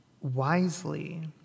wisely